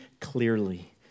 clearly